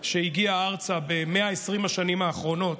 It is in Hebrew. שהגיעה ארצה ב-120 השנים האחרונות,